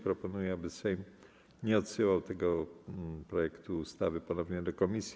Proponuję, aby Sejm nie odsyłał tego projektu ustawy ponownie do komisji.